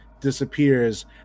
disappears